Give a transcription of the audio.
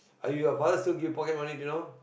are your father still give pocket money to you now